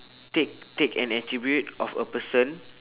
take take an attribute of a person